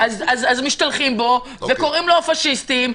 אז משתלחים בו וקוראים לו "פשיסטים".